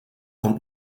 komt